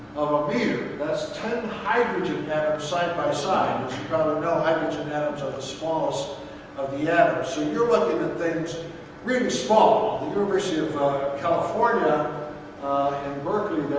of a meter. that's ten hydrogen atoms side by side. as you probably know, hydrogen atoms are the smallest of the atoms. so you're looking at things small. the university of california in berkeley,